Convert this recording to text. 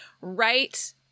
right